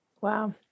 Wow